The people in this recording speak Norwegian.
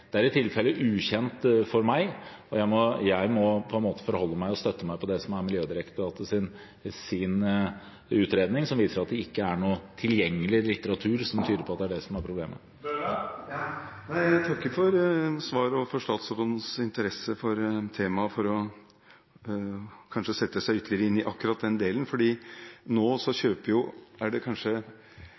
innblanding, er i tilfelle ukjent for meg. Jeg må forholde meg til og støtte meg på Miljødirektoratets utredning, som viser at det ikke er noe tilgjengelig litteratur som tyder på at det er det som er problemet. Jeg takker for svaret og for statsrådens interesse for temaet – og for kanskje å sette seg ytterligere inn i akkurat den delen. Nå er det kanskje